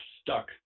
stuck